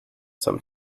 some